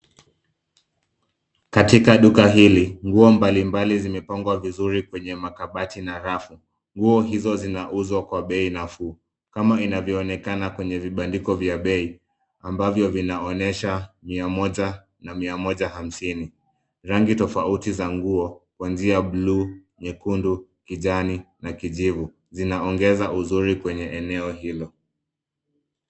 Katika duka hili, nguo mbalimbali zimepangwa vizuri kwenye makabati na rafu. Nguo hizo zinauzwa kwa bei nafuu kama inavyoonekana kwenye vibandiko vya bei ambavyo vinaoonyesha mia moja na mia moja hamsini. Rangi tofauti za nguo, kuanzia bluu, nyekundu, kijani na kijivu zinaongeza uzuri kwenye eneo hilo.